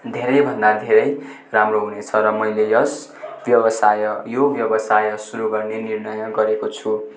धेरैभन्दा धेरै राम्रो हुनेछ र मैले यस व्यवसाय यो व्यवसाय सुरु गर्ने निर्णय गरेको छु